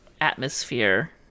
atmosphere